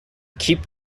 keep